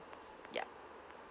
yup